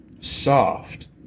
soft